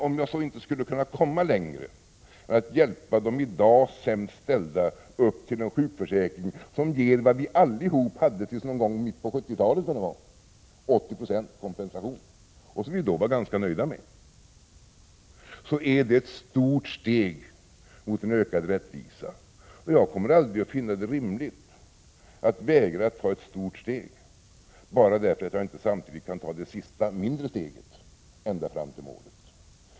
om jag så inte skulle kunna komma längre med att hjälpa de i dag sämst ställda upp till en sjukförsäkring som ger vad vi allihop hade tills någon gång i mitten av 1970-talet, — 80 Ze kompensation, — som vi då var ganska nöjda med är det ändå ett stort steg mot en ökad rättvisa. Jag kommer aldrig att finna det rimligt att vägra ta ett stort steg bara för att jag inte samtidigt kan ta det sista mindre steget ända fram till målet.